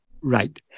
Right